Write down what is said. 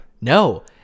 No